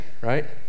right